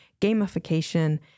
gamification